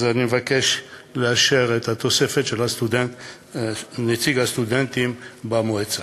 אז אני מבקש לאשר את התוספת של נציג הסטודנטים במועצה.